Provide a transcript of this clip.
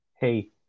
Hey